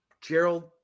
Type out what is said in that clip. Gerald